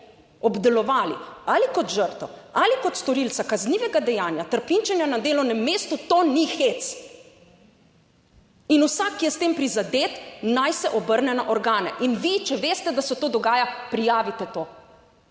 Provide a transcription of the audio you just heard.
obdelovali ali kot žrtev ali kot storilca kaznivega dejanja trpinčenja na delovnem mestu, to ni hec. In vsak, ki je s tem prizadet naj se obrne na organe in vi, če veste, da se to dogaja prijavite, to